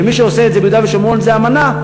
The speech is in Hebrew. ומי שעושה את זה ביהודה ושומרון זה "אמנה".